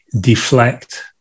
deflect